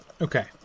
Okay